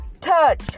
touch